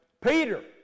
Peter